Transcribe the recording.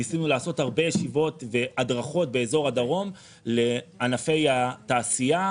ניסינו לעשות הרבה ישיבות והדרכות באזור הדרום לענפי התעשייה.